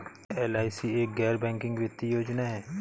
क्या एल.आई.सी एक गैर बैंकिंग वित्तीय योजना है?